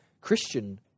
Christian